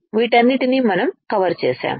వీటన్నింటినీ మనం కవర్ చేసాము